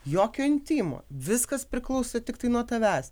jokio intymo viskas priklauso tiktai nuo tavęs